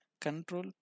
Control